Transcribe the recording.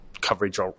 coverage